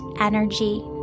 energy